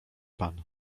pan